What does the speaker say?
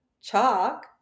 chalk